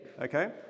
Okay